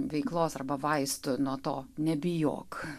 veiklos arba vaistų nuo to nebijok